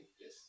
Yes